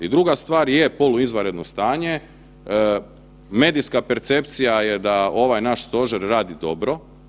I druga stvar je poluizvanredno stanje, medijska percepcija je da ovaj naš stožer radi dobro.